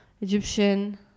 Egyptian